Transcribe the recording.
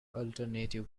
alternative